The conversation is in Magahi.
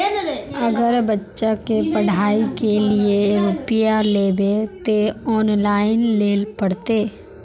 अगर बच्चा के पढ़ाई के लिये रुपया लेबे ते ऑनलाइन लेल पड़ते?